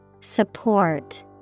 Support